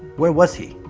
where was he,